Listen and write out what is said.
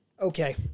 Okay